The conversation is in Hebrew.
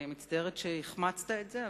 אני מצטערת שהחמצת את זה,